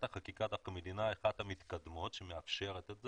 החקיקה אנחנו מדינה אחת המתקדמות שמאפשרת את זה,